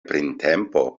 printempo